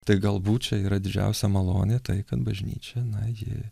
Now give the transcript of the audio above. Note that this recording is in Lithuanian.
tai galbūt čia yra didžiausia malonė tai kad bažnyčia na ji